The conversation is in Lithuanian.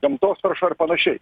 gamtos tarša ir panašiai